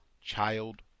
child